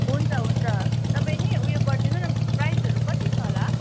हुन्छ हुन्छ तपाईँ नि ऊ यो गरिदिनु न प्राइसहरू कति छ होला